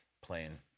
playing